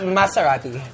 Maserati